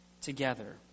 together